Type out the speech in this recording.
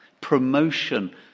promotion